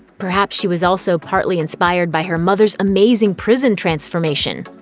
perhaps she was also partly inspired by her mother's amazing prison transformation.